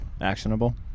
actionable